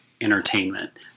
Entertainment